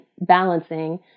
balancing